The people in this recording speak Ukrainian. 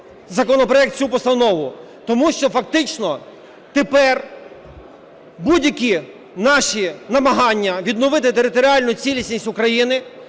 законопроект, цю постанову? Тому що фактично тепер будь-які наші намагання відновити територіальну цілісність України,